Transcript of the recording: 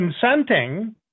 consenting